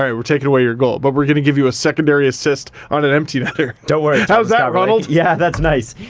we're taking away your goal, but we're gonna give you a secondary assist on an empty netter. don't worry! how's that ronald! yeah, that's nice.